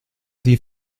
die